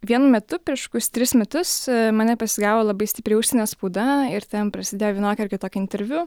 vienu metu prieš kokius tris metus mane pasigavo labai stipri užsienio spauda ir ten prasidėjo vienoki ar kitoki interviu